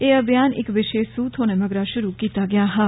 एह् अभियान इक विशेष सूह थ्होने मगरा शुरू कीता गेआ हा